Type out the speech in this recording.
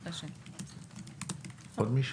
עוד מישהו?